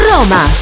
Roma